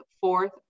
fourth